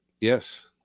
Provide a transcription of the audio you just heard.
Yes